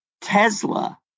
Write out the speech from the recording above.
Tesla